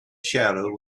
shadow